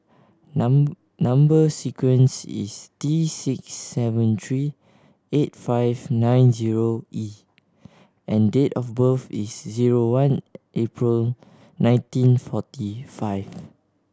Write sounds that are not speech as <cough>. <unintelligible> number sequence is T six seven three eight five nine zero E and date of birth is zero one April nineteen forty five